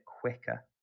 quicker